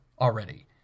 already